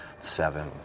seven